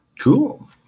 Cool